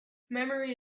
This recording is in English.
memory